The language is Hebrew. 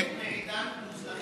הוא חלק מעידן פלוס,